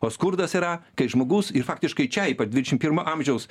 o skurdas yra kai žmogus ir faktiškai čia ypač dvidešim pirmo amžiaus